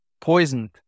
poisoned